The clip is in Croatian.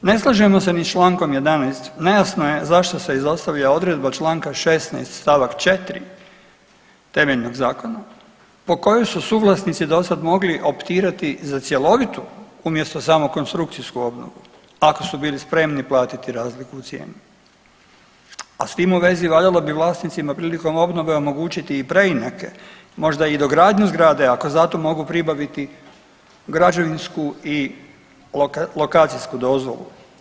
Ne slažemo se ni s čl. 11., nejasno je zašto se izostavlja odredba čl. 16. st. 4. temeljnog zakona po kojoj su suvlasnici mogli dosad optirati za cjelovitu umjesto samo konstrukcijsku obnovu ako su bili spremni platiti razliku u cijeni, a s tim u vezi valjalo bi vlasnicima prilikom obnove omogućiti i preinake, možda i dogradnju zgrade ako za to mogu pribaviti građevinsku i lokacijsku dozvolu.